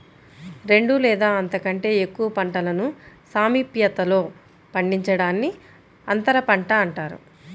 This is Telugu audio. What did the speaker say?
రెండు లేదా అంతకంటే ఎక్కువ పంటలను సామీప్యతలో పండించడాన్ని అంతరపంట అంటారు